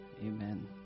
amen